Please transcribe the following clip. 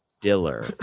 diller